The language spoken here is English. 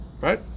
right